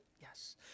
Yes